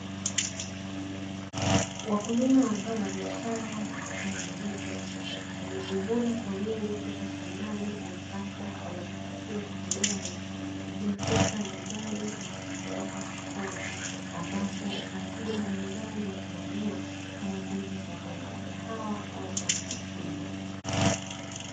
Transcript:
Wakulima wa zao la biashara aina ya ndizi wamezivuna kwa wingi toka shambani, na sasa wanazipakia kwenye gari lililofika nyumba na kuzipeleka sakoni, ambapo wateja mbalimbali watanunua kama vile wa kwenye migahawa na hoteli kubwa.